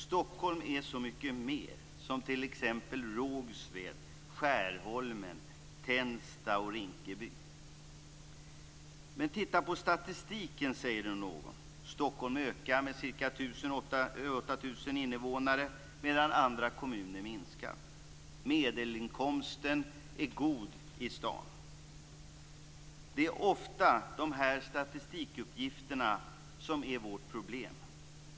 Stockholm är så mycket mer, som t.ex. Rågsved, Skärholmen, Tensta och Rinkeby. Någon säger då: Men titta på statistiken! Stockholm ökar med ca 8 000 invånare medan andra kommuner minskar. Medelinkomsten i staden är god. Det är ofta dessa statistikuppgifter som är vårt problem.